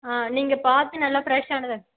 ஆ நீங்கள் பார்த்து நல்லா ஃபிரெஷ் ஆனது